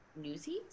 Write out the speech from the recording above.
Newsies